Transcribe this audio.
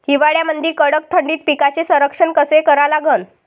हिवाळ्यामंदी कडक थंडीत पिकाचे संरक्षण कसे करा लागन?